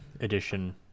edition